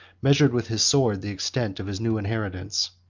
measured with his sword the extent of his new inheritance.